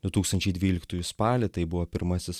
du tūkstančiai dvyliktųjų spalį tai buvo pirmasis